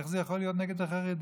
איך זה יכול להיות נגד החרדים?